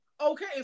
Okay